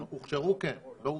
הוכשרו כן, לא הוסמכו.